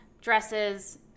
dresses